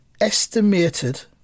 estimated